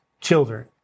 children